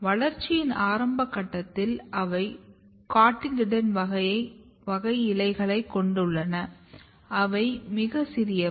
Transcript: வளர்ச்சியின் ஆரம்ப கட்டத்தில் அவை கோட்டிலிடன் வகை இலைகளைக் கொண்டுள்ளன அவை மிகச் சிறியவை